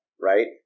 right